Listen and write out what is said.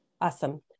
Awesome